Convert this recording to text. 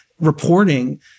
reporting